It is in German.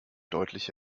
deutlich